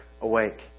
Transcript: awake